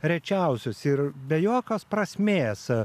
rečiausius ir be jokios prasmės